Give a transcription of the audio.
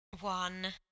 one